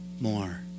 more